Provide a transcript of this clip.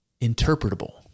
interpretable